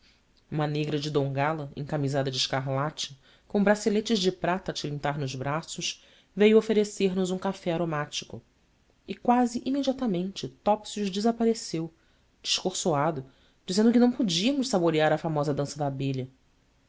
uma negra de dongola encamisada de escarlate com braceletes de prata a tilintar nos braços veio oferecer nos um café aromático e quase imediatamente topsius apareceu descoroçoado dizendo que não podíamos saborear a famosa dança da abelha